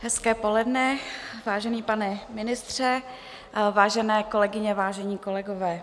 Hezké poledne, vážený pane ministře, vážené kolegyně, vážení kolegové.